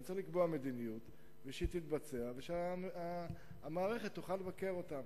אני צריך לקבוע מדיניות שתתבצע והמערכת תוכל לבקר אותה,